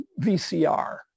VCR